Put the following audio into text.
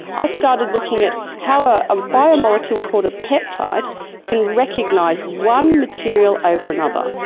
i started looking at how ah a bio-molecule called a peptide can recognise one material over another.